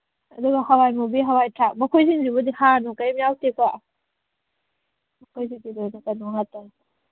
ꯑꯗꯨꯒ ꯍꯋꯥꯏ ꯃꯨꯕꯤ ꯍꯋꯥꯏ ꯊ꯭ꯔꯥꯛ ꯃꯈꯣꯏꯁꯤꯡꯁꯤꯕꯨꯗꯤ ꯍꯥꯔ ꯅꯨꯡ ꯀꯩꯝ ꯌꯥꯎꯗꯦꯀꯣ ꯃꯈꯣꯏꯁꯤꯗꯤ ꯂꯣꯏꯅ ꯀꯩꯅꯣ ꯉꯥꯛꯇꯅꯤ